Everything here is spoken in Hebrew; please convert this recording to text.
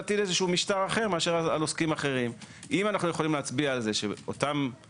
למשלוחים או למטרות אחרות במגזר מסוים הוא עיקר הבעיה,